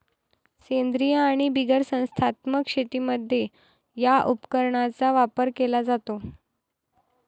सेंद्रीय आणि बिगर संस्थात्मक शेतीमध्ये या उपकरणाचा वापर केला जातो